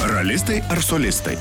ralistai ar solistai